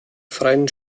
freien